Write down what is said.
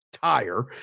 tire